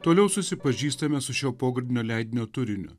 toliau susipažįstame su šio pogrindinio leidinio turiniu